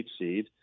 seed